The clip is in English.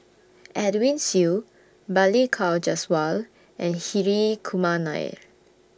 Edwin Siew Balli Kaur Jaswal and Hri Kumar Nair